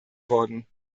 worden